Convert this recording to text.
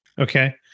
Okay